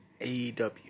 AEW